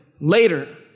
later